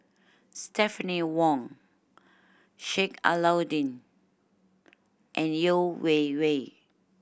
Stephanie Wong Sheik Alau'ddin and Yeo Wei Wei